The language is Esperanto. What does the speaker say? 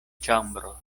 ĉambro